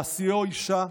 להשיאו לאישה,